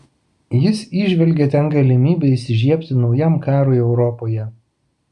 jis įžvelgė ten galimybę įsižiebti naujam karui europoje